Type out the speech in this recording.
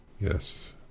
Yes